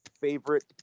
favorite